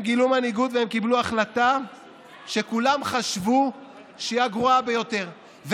הם גילו מנהיגות והם קיבלו החלטה שכולם חשבו שהיא הגרועה ביותר.